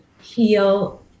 heal